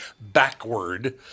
backward